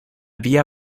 vía